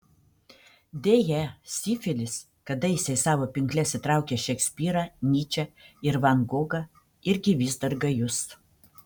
deja sifilis kadaise į savo pinkles įtraukęs šekspyrą nyčę ir van gogą irgi vis dar gajus